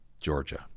Georgia